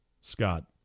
Scott